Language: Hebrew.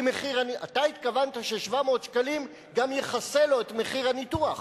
אתה התכוונת ש-700 שקלים גם יכסו לו מחיר הניתוח,